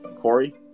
Corey